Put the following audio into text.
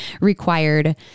required